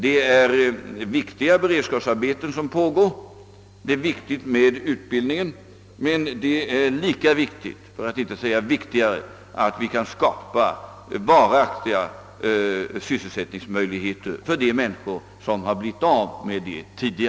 Det är viktiga beredskapsarbeten som pågår och det är viktigt med utbildning, men det är lika viktigt för att inte säga viktigare att vi kan skapa varaktig sysselsättning för de människor som blivit friställda.